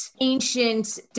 ancient